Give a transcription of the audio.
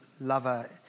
lover